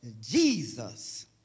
Jesus